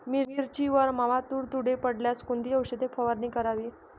मिरचीवर मावा, तुडतुडे पडल्यास कोणती औषध फवारणी करावी?